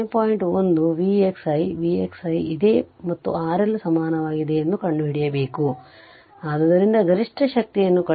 1 Vx i Vx i ಇದೆ ಮತ್ತು RL ಸಮಾನವಾಗಿದೆ ಎಂದು ಕಂಡುಹಿಡಿಯಬೇಕು ಆದ್ದರಿಂದ ಗರಿಷ್ಠ ಶಕ್ತಿಯನ್ನು ಕಂಡುಹಿಡಿಯಬೇಕು